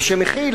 ושמכיל,